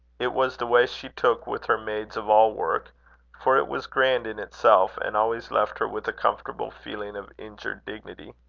it was the way she took with her maids-of-all-work for it was grand in itself, and always left her with a comfortable feeling of injured dignity.